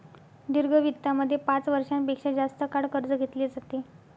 दीर्घ वित्तामध्ये पाच वर्षां पेक्षा जास्त काळ कर्ज घेतले जाते